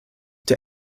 der